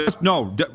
No